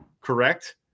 correct